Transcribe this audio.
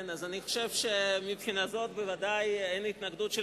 אני חושב שמבחינה זו בוודאי אין התנגדות של